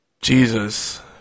Jesus